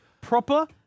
proper